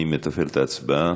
אני מתפעל את ההצבעה.